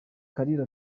kalira